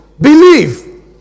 Believe